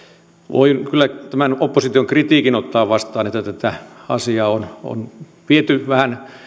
kyllä tämän opposition kritiikin ottaa vastaan että tätä asiaa on viety